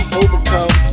overcome